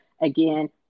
again